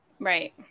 right